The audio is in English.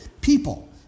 people